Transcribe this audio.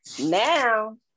Now